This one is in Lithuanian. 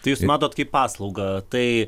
tai jūs matote kaip paslaugą tai